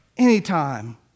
Anytime